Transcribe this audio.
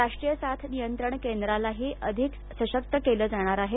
राष्ट्रीय साथ नियंत्रण केंद्रालाही अधिक सशक्त केलं जाणार आहे